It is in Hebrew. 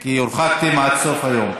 כי הורחקתם עד סוף היום.